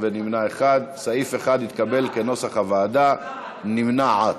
סעיף 1 התקבל, נמנעת.